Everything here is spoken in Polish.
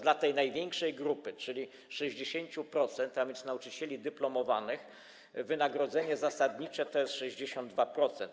Dla tej największej grupy, czyli 60%, a więc nauczycieli dyplomowanych, wynagrodzenie zasadnicze to jest 62%.